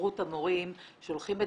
בהסתדרות המורים שולחים את